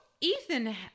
Ethan